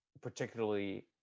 particularly